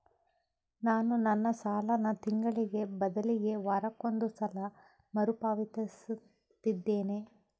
ನಾನು ನನ್ನ ಸಾಲನ ತಿಂಗಳಿಗೆ ಬದಲಿಗೆ ವಾರಕ್ಕೊಂದು ಸಲ ಮರುಪಾವತಿಸುತ್ತಿದ್ದೇನೆ